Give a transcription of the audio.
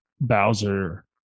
Bowser